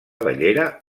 bellera